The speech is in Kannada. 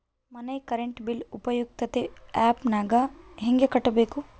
ಮನೆ ಕರೆಂಟ್ ಬಿಲ್ ಉಪಯುಕ್ತತೆ ಆ್ಯಪ್ ನಾಗ ಹೆಂಗ ಕಟ್ಟಬೇಕು?